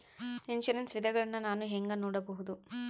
Insurance ವಿಧಗಳನ್ನ ನಾನು ಹೆಂಗ ನೋಡಬಹುದು?